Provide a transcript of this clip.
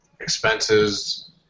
expenses